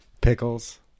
pickles